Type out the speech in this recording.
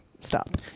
stop